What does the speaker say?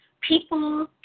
people